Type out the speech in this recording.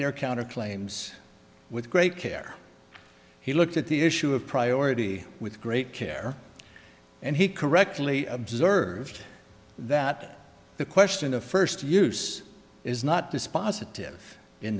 their counter claims with great care he looked at the issue of priority with great care and he correctly observed that the question of first use is not dispositive in